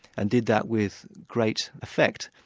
and did that with great effect.